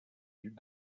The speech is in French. duc